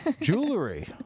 Jewelry